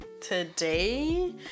today